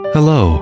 Hello